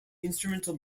instrumental